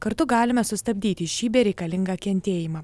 kartu galime sustabdyti šį bereikalingą kentėjimą